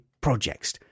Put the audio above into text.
projects